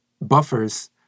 buffers